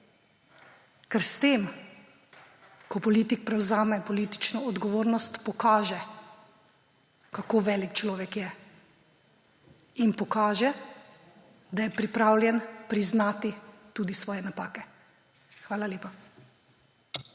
Ker s tem, ko politik prevzame politično odgovornost, pokaže, kako velik človek je, in pokaže, da je pripravljen priznati tudi svoje napake. Hvala lepa.